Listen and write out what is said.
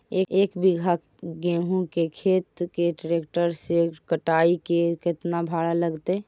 एक बिघा गेहूं के खेत के ट्रैक्टर से कटाई के केतना भाड़ा लगतै?